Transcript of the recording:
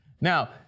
Now